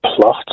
plot